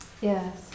Yes